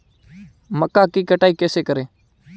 मक्का की कटाई कैसे करें?